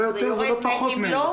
זה יורד, ואם לא?